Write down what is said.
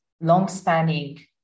long-spanning